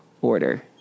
order